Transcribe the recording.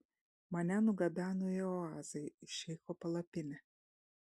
mane nugabeno į oazę į šeicho palapinę